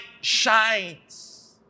shines